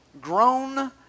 grown